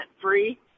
free